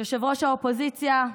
ראש האופוזיציה,